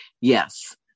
Yes